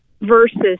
versus